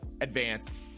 advanced